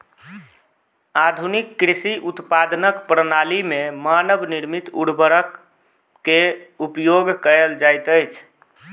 आधुनिक कृषि उत्पादनक प्रणाली में मानव निर्मित उर्वरक के उपयोग कयल जाइत अछि